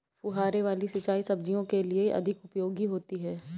फुहारे वाली सिंचाई सब्जियों के लिए अधिक उपयोगी होती है?